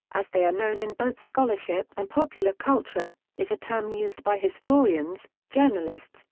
as they are known in both scholarship and popular culture, is a term used by historians, journalists,